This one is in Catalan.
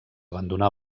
abandonar